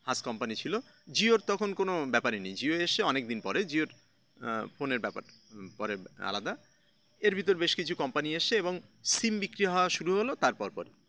Hutch company ছিলো জিওর তখন কোনো ব্যাপারই নেই জিও এসেছে অনেক দিন পরে জিওর ফোনের ব্যাপার পরে আলাদা এর ভিতর বেশ কিছু কম্পানি এসেছে এবং সিম বিক্রি হওয়া শুরু হল তারপর পরে